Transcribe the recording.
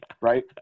Right